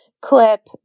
clip